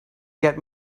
get